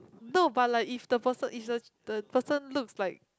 no but like if the person if the the person looks like